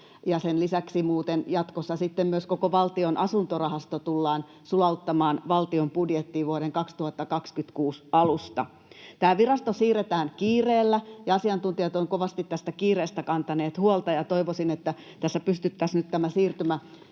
sen lisäksi, muuten, jatkossa myös koko Valtion asuntorahasto tullaan sulauttamaan valtion budjettiin vuoden 2026 alusta. Tämä virasto siirretään kiireellä, ja asiantuntijat ovat kovasti tästä kiireestä kantaneet huolta. Toivoisin, että tässä pystyttäisiin nyt tämä siirtymä